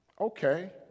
Okay